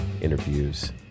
interviews